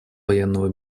военного